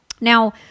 Now